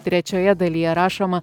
trečioje dalyje rašoma